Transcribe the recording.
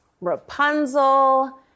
Rapunzel